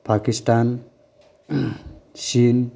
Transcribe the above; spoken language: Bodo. पाकिस्तान चीन